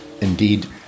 indeed